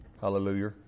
Hallelujah